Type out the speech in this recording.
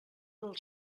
del